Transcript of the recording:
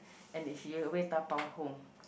and he away dabao home